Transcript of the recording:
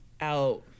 out